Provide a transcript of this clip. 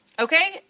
Okay